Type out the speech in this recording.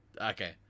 okay